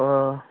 ও